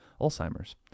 Alzheimer's